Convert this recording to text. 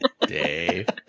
Dave